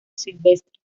silvestre